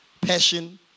passion